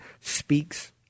speaks